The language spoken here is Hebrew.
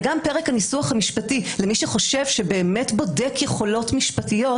ולגבי פרק הניסוח המשפטי למי שחושב שהוא באמת בודק יכולות משפטיות,